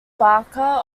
barker